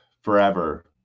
forever